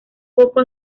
poco